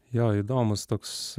jo įdomus toks